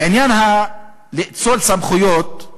לעניין של לאצול סמכויות,